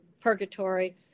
purgatory